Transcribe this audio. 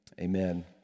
Amen